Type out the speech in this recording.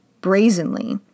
brazenly